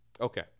Okay